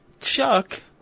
Chuck